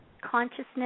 consciousness